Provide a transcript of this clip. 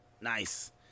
nice